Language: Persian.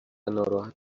ناراحت